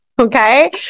Okay